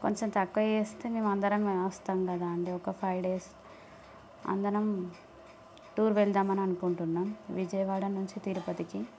కొంచెం తక్కువ చేస్తే మేము అందరం మేము వస్తాము కదా అండి ఒక ఫైవ్ డేస్ అందరం టూర్ వెళ్దాం అని అనుకుంటున్నాం విజయవాడ నుంచి తిరుపతికి